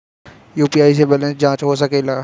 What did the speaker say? UPI से balance जाँच हो सके ला?